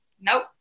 Nope